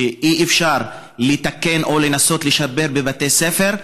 אי-אפשר שנתקן או ננסה לשפר בבתי ספר,